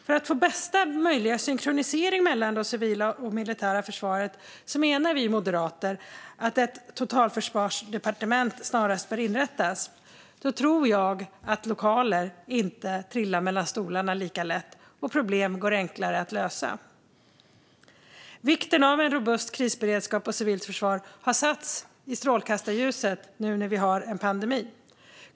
För att få bästa möjliga synkronisering mellan det civila och det militära försvaret menar vi moderater att ett totalförsvarsdepartement snarast bör inrättas. Då tror jag att lokaler inte trillar lika lätt mellan stolarna och att det går enklare att lösa problem. Vikten av robust krisberedskap och civilt försvar har hamnat i strålkastarljuset nu när vi har en pandemi.